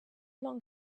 long